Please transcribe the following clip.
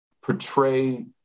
portray